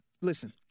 Listen